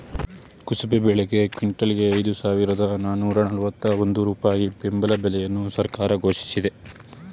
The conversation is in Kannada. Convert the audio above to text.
ಕುಸುಬೆ ಬೆಳೆಗೆ ಕ್ವಿಂಟಲ್ಗೆ ಐದು ಸಾವಿರದ ನಾನೂರ ನಲ್ವತ್ತ ಒಂದು ರೂಪಾಯಿ ಬೆಂಬಲ ಬೆಲೆಯನ್ನು ಸರ್ಕಾರ ಘೋಷಿಸಿದೆ